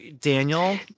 daniel